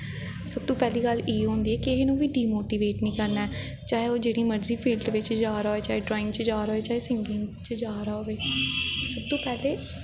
सब तो पैह्ली गल्ल इयो होंदी ऐ कि किसे नूं बी डिमोटिवेट निं करना ऐ चाहे एह् जेह्ड़ी मर्जी फिल्ड च जा'रदा होऐ ड्राईंग च जा'रदा होए चाहे सिंगिंग च जा'रदा होए सबतो पैह्ले